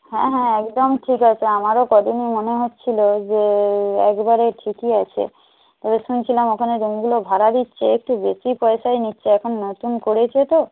হ্যাঁ হ্যাঁ একদম ঠিক আছে আমারও কদিনই মনে হচ্ছিল যে একবারে ঠিকই আছে শুনছিলাম ওখানে রুমগুলো ভাড়া দিচ্ছে একটু বেশি পয়সাই নিচ্ছে এখন নতুন করেছে তো